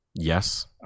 Yes